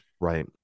Right